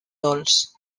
dolç